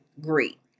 great